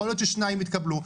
יכול להיות ששניים יתקבלו.